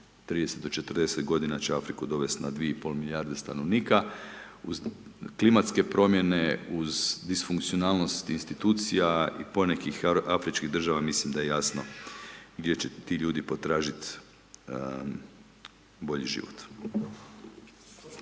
30-40 godina će Afriku dovesti na 2,5 milijarde stanovniku, uz klimatske promjene, uz disfunkcionalnost institucija i ponekih afričkih država mislim da je jasno gdje će ti ljudi potražiti bolji život.